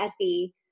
Effie